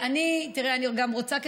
אני רוצה,